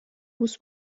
بوس